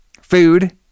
food